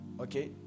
Okay